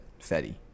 fetty